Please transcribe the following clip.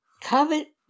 Covet